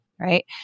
right